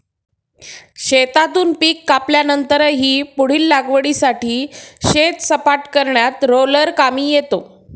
शेतातून पीक कापल्यानंतरही पुढील लागवडीसाठी शेत सपाट करण्यात रोलर कामी येतो